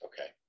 Okay